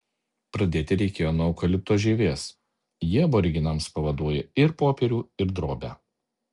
pradėti reikėjo nuo eukalipto žievės ji aborigenams pavaduoja ir popierių ir drobę